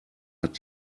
hat